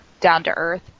down-to-earth